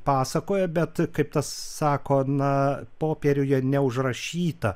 pasakoja bet kaip tas sako na popieriuje neužrašyta